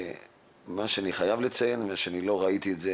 ואני חייב לציין, אני לא ראיתי את זה